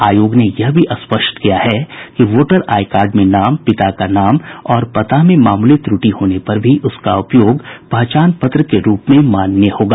आयोग ने यह भी स्पष्ट किया है कि वोटर आईकार्ड में नाम पिता का नाम और पता में मामूली त्रुटि होने पर भी उसका उपयोग पहचान पत्र के रूप में मान्य होगा